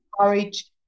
courage